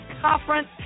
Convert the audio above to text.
conference